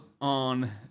on